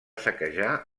saquejar